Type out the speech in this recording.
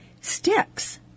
sticks